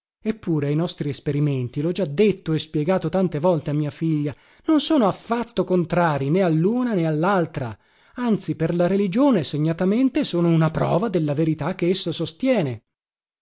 eppure i nostri esperimenti lho già detto e spiegato tante volte a mia figlia non sono affatto contrarii né alluna né allaltra anzi per la religione segnatamente sono una prova delle verità che essa sostiene